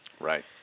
Right